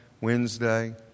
Wednesday